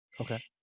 okay